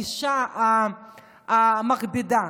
הגישה המכבידה,